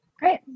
great